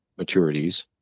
maturities